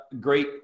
great